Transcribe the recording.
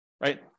right